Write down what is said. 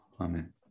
amen